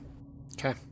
Okay